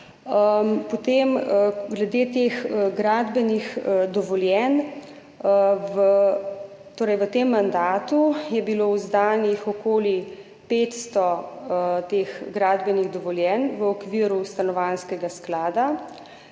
Glede gradbenih dovoljenj, v tem mandatu je bilo izdanih okoli 500 teh gradbenih dovoljenj v okviru Stanovanjskega sklada.